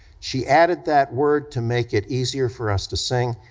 she added that word to make it easier for us to sing,